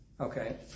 okay